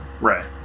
Right